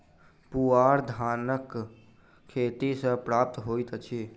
पुआर धानक खेत सॅ प्राप्त होइत अछि